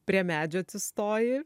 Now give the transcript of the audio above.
prie medžio atsistoji